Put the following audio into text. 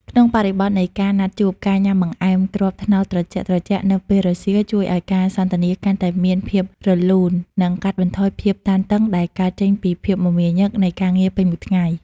ក្នុងបរិបទនៃការណាត់ជួប ការញ៉ាំបង្អែមគ្រាប់ត្នោតត្រជាក់ៗនៅពេលរសៀល ជួយឱ្យការសន្ទនាកាន់តែមានភាពរលូន និងកាត់បន្ថយភាពតានតឹងដែលកើតចេញពីភាពមមាញឹកនៃការងារពេញមួយថ្ងៃ។